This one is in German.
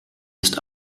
ist